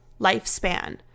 lifespan